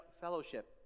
fellowship